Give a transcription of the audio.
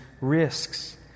risks